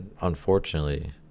unfortunately